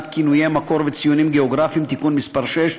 כינויי מקור וציונים גיאוגרפיים (תיקון מס' 6),